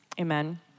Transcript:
Amen